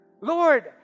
Lord